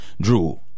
Drew